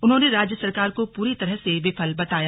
उन्होंने राज्य सरकार को पूरी तरह र्से विफल बताया